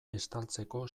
estaltzeko